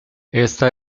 esta